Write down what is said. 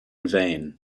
vain